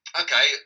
okay